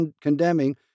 condemning